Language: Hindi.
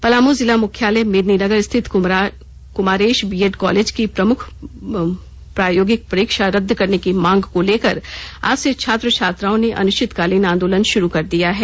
पलामू जिला मुख्यालय मेदिनीनगर स्थित कुमारेश बीएड कॉलेज की मुख्य प्रायोगिक परीक्षा रद्द करने की मांग को लेकर आज से छात्र छात्रओं ने अनिश्तिकालीन आंदोलन शुरू कर दिया है